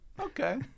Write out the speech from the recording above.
Okay